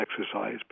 exercise